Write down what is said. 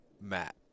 Matt